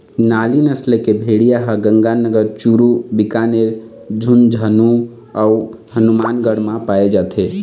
नाली नसल के भेड़िया ह गंगानगर, चूरू, बीकानेर, झुंझनू अउ हनुमानगढ़ म पाए जाथे